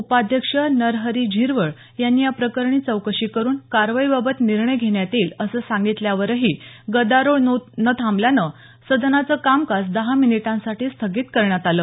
उपाध्यक्ष नरहरी झिरवळ यांनी या प्रकरणी चौकशी करून कारवाईबाबत निर्णय घेण्यात येईल असं सांगितल्यावरही गदारोळ न थांबल्यानं सदनाचं कामकाज दहा मिनिटांसाठी स्थगित करण्यात आलं